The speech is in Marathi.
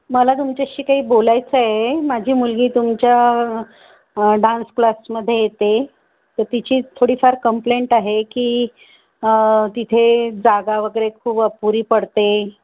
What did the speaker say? मला तुमच्याशी काही बोलायचं आहे माझी मुलगी तुमच्या डान्स क्लासमध्ये येते तर तिची थोडीफार कंप्लेंट आहे की तिथे जागा वगैरे खूप अपुरी पडते